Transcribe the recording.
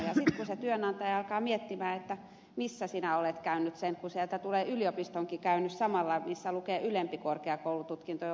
sitten se työnantaja alkaa miettiä missä minä olet suorittanut sen kun sieltä tulee yliopistonkin käynyt samalla ylemmällä korkeakoulututkinnolla ja hän on maisteri